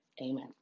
amen